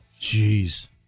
Jeez